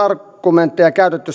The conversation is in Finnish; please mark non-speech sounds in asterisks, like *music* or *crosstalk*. *unintelligible* argumentteja käytetty *unintelligible*